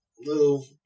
little